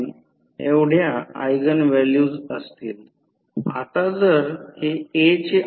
आणि म्हणूनच X आम्हाला आता माहित आहे की X2 आहे